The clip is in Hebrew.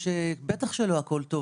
בטח שלא הכול טוב